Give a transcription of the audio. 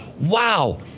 wow